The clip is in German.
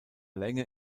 länge